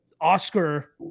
oscar